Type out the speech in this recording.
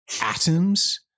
atoms